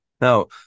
Now